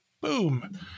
Boom